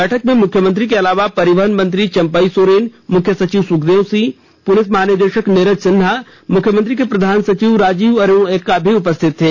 बैठक में मुख्यमंत्री के अलावा परिवहन मंत्री चंपई सोरेन मुख्य सचिव सुखदेव सिंह पुलिस महानिदेशक नीरज सिन्हा मुख्यमंत्री के प्रधान सचिव राजीव अरुण एक्का भी उपरिथित थे